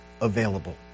available